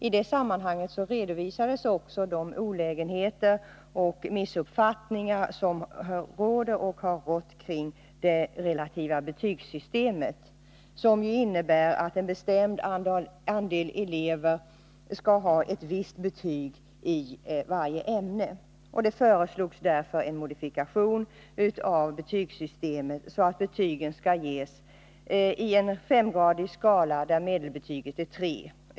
I det sammanhanget redovisades också de olägenheter och missuppfattningar som råder och har rått kring det relativa betygssystemet, som ju innebär att en bestämd andel elever skall ha ett visst betyg i varje ämne. Det föreslogs en modifikation av betygssystemet, så att betygen skall ges i en femgradig skala där medelbetyget är 3.